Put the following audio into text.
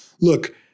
look